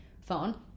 phone